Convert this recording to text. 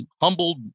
humbled